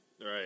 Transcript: Right